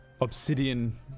obsidian